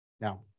Now